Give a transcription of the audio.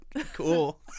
Cool